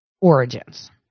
origins